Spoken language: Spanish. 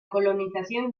colonización